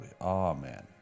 Amen